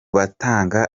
batanga